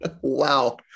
Wow